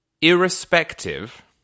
irrespective